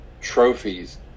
trophies